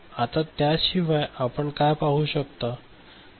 आता त्याशिवाय आपण काय पाहू शकता